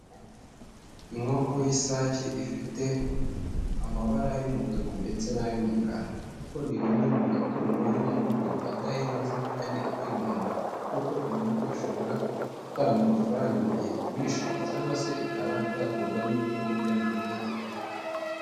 Inkoko y'isake ifite amabara y'umutuku ndetse n'ay'umukara. Inkoko ni rimwe mu matungo yo mu rugo adahenze kandi agira umumaro. Kuko inkoko ishobora gutanga amafaranga mu gihe igurishijwe cyangwa se ikaba yakurwamo ibyo kurya mu gihe itetswe.